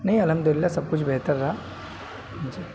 نہیں الحمد للہ سب کچھ بہتر رہا جی